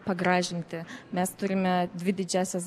pagražinti mes turime dvi didžiąsias